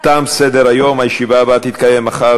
(תיקון מס' 22) (הכרה אזרחית בהכשרות צבאיות),